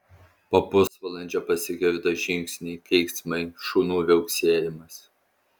po pusvalandžio pasigirdo žingsniai keiksmai šunų viauksėjimas